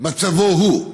מצבו שלו,